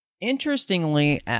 interestingly